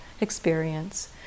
experience